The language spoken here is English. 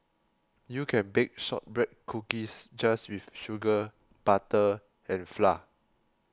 you can bake Shortbread Cookies just with sugar butter and flour